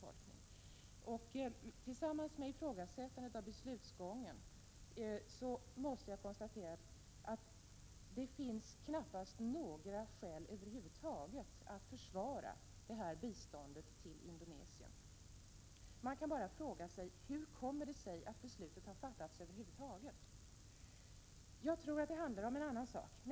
Detta gör, tillsammans med ifrågasättandet av beslutsgången, att jag måste konstatera att det knappast finns några skäl att försvara det här biståndet till Indonesien. Man kan bara undra: Hur kommer det sig att beslutet har fattats över huvud taget? Jag tror att det handlar om en annan sak.